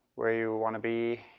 where you want to be?